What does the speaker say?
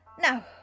Now